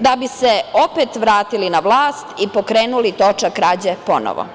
da bi se opet vratili na vlast i pokrenuli točak krađe ponovo.